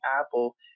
Apple